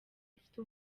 ifite